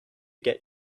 get